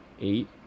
eight